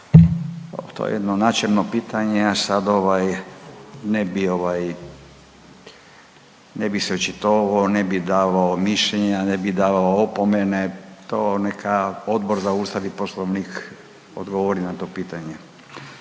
To je jedno načelno pitanje, a sad ovaj ne bi ovaj, ne bih se očitovao, ne bi davao mišljenje, a ne bi davao opomene, to neka Odbor za Ustav i Poslovnik odgovori na to pitanje.